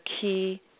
key